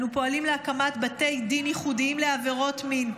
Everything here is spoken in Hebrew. אנו פועלים להקמת בתי דין ייחודיים לעבירות מין.